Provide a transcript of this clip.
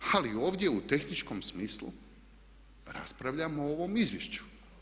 Ali ovdje u tehničkom smislu raspravljamo o ovom izvješću.